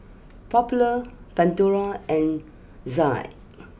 popular Pandora and Za